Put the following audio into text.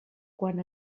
quan